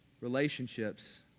relationships